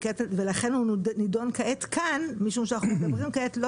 ולכן הוא נידון כעת כאן כי אנחנו מדברים כעת לא